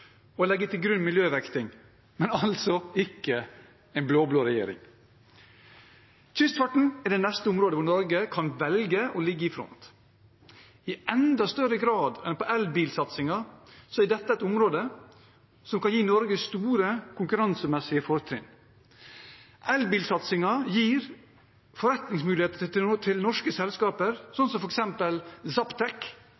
å legge til grunn miljøvekting – men altså ikke en blå-blå regjering. Kystfarten er det neste området hvor Norge kan velge å ligge i front. I enda større grad enn elbilsatsingen er dette et område som kan gi Norge store konkurransemessige fortrinn. Elbilsatsingen gir forretningsmuligheter til